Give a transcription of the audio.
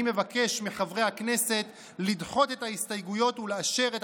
אני מבקש מחברי הכנסת לדחות את ההסתייגויות ולאשר את